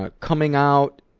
ah coming out,